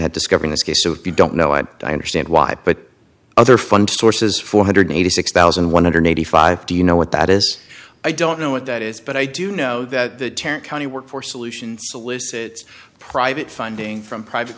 had discovered this case so if you don't know i don't understand why but other fund sources four one hundred and eighty six thousand one hundred and eighty five do you know what that is i don't know what that is but i do know that the county workforce solutions solicit private funding from private